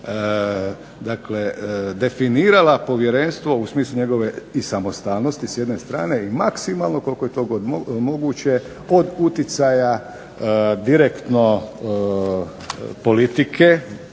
dakle definirala povjerenstvo u smislu njegove i samostalnosti s jedne strane i maksimalno koliko je to god moguće od uticaja direktno politike